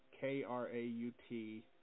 K-R-A-U-T